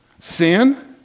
Sin